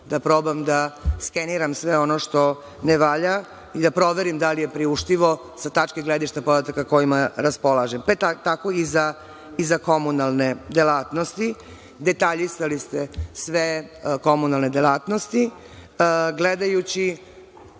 da probam da skeniram sve ono što ne valja i da proverim da li je priuštivo sa tačke gledišta podataka kojima raspolažem, pa tako i za komunalne delatnosti. Detaljisali ste sve komunalne delatnosti,